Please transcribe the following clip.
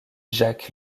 jacques